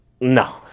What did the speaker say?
No